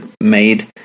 made